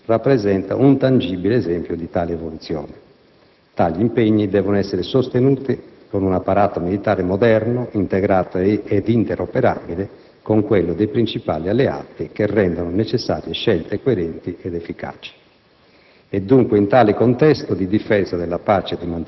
La partecipazione dell'Italia alle missioni UNIFIL rappresenta un tangibile esempio di tale evoluzione. Tali impegni devono essere sostenuti con un apparato militare moderno, integrato ed interoperabile con quello dei principali alleati che rendono necessarie scelte coerenti ed efficaci.